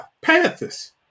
Panthers